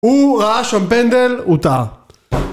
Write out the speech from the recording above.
הוא ראה שם פנדל, הוא טעה.